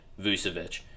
Vucevic